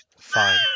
Fine